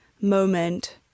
moment